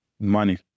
Money